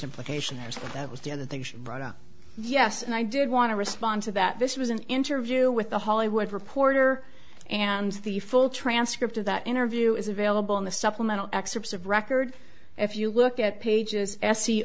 implication was that was the other things brought up yes and i did want to respond to that this was an interview with the hollywood reporter and the full transcript of that interview is available in the supplemental excerpts of record if you look at pages s